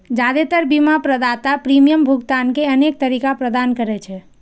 जादेतर बीमा प्रदाता प्रीमियम भुगतान के अनेक तरीका प्रदान करै छै